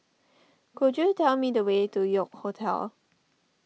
could you tell me the way to York Hotel